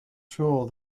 sure